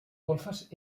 golfes